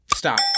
Stop